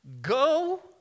Go